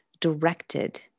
directed